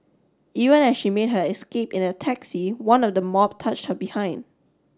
even as she made her escape in a taxi one of the mob touched her behind